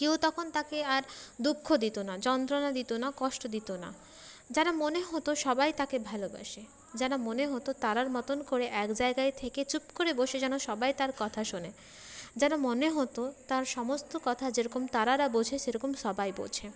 কেউ তখন তাকে আর দুঃখ দিত না যন্ত্রণা দিত না কষ্ট দিত না যেন মনে হত সবাই তাকে ভালোবাসে যেন মনে হত তারার মতন করে এক জায়গায় থেকে চুপ করে বসে যেন সবাই তার কথা শোনে যেন মনে হত তার সমস্ত কথা যেরকম তারারা বোঝে সেরকম সবাই বোঝে